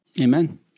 Amen